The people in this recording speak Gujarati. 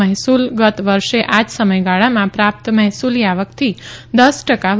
મહેસૂલ ગત વર્ષે આ જ સમયગાળામાં પ્રાપ્ત મહેસૂલી આવકથી દસ ટકા વધારે છે